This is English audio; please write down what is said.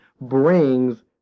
brings